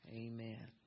Amen